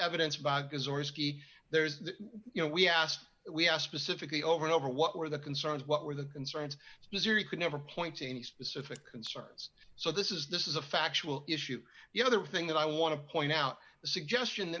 key there is you know we asked we have specifically over and over what were the concerns what were the concerns missouri could never point to any specific concerns so this is this is a factual issue the other thing that i want to point out the suggestion